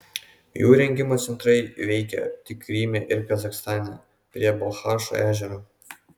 jų rengimo centrai veikė tik kryme ir kazachstane prie balchašo ežero